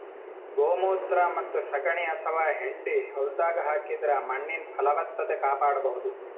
ಗೋಮೂತ್ರ ಮತ್ತ್ ಸಗಣಿ ಅಥವಾ ಹೆಂಡಿ ಹೊಲ್ದಾಗ ಹಾಕಿದ್ರ ಮಣ್ಣಿನ್ ಫಲವತ್ತತೆ ಕಾಪಾಡಬಹುದ್